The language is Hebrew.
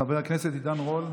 חבר הכנסת עידן רול.